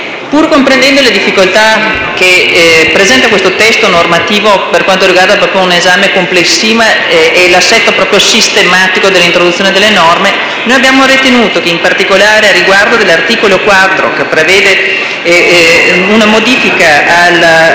Pur comprendendo le difficoltà che presenta questo testo normativo per quanto riguarda un esame complessivo e l'assetto sistematico dell'introduzione delle norme, abbiamo ritenuto, in particolare riguardo all'articolo 4 (che prevede una modifica al